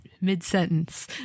mid-sentence